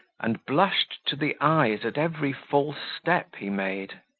and blushed to the eyes at every false step he made.